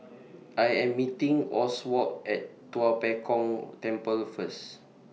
I Am meeting Oswald At Tua Pek Kong Temple First